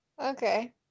Okay